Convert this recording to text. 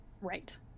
Right